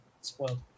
spoiled